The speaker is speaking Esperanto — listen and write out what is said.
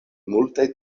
multaj